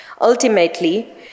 Ultimately